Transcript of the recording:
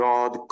God